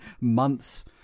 months